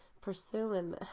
pursuing